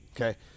Okay